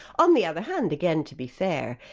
on the other hand, again to be fair,